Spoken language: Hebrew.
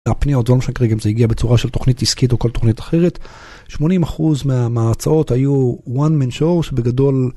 הפניות עוד לא משנה כרגע אם זה הגיע בצורה של תוכנית עסקית או כל תוכנית אחרת 80% מההרצאות היו one man show שבגדול.